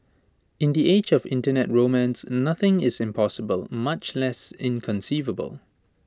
in the age of Internet romance nothing is impossible much less inconceivable